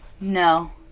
No